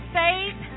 faith